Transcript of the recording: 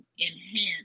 enhance